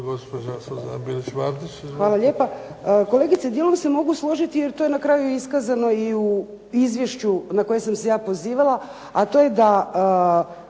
Hvala lijepa. Kolegice, djelom se mogu složiti jer to je na kraju iskazano i u izvješću na koje sam se ja pozivala a to je da